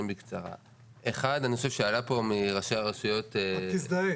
אני חושב שעלה פה מראשי הרשויות טענה